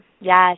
Yes